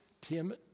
Tim